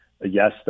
Yes